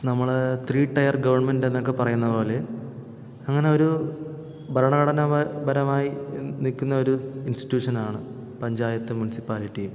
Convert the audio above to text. നമ്മൾ three tier ഗവൺമെൻ്റെന്നൊക്കെ പറയുന്നതു പോലെ അങ്ങനൊരു ഭരണഘടന പ പരമായി നിൽക്കുന്ന ഒരു ഇൻസ്റ്റിറ്റ്യൂഷനാണ് പഞ്ചായത്ത് മൂൻസിപ്പാലിറ്റിയും